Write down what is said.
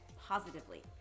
positively